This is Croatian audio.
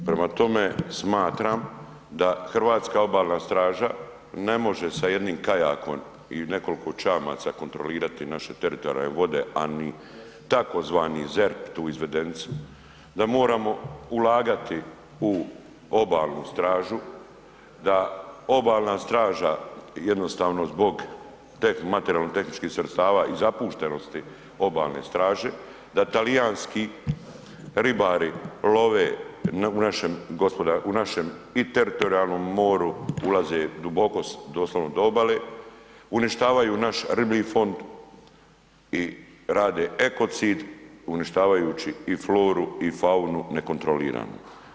Prema tome, smatram da Hrvatska obalna straža ne može sa jednim kajakom i nekoliko čamaca kontrolirati naše teritorijalne vode, a ni tzv. ZERP tu izvedenicu, da moramo ulagati u obalnu stražu, da obalna straža jednostavno zbog materijalno-tehničkih sredstava i zapuštenosti obalne straže, da talijanski ribari love u našem i teritorijalnom moru ulaze duboko doslovno do obale, uništavaju naš riblji fond i rade ekocid uništavajući i floru i faunu nekontrolirano.